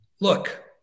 look